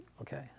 Okay